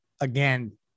again